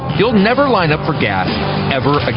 you'll never line up for gas ever ah